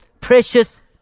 precious